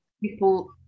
people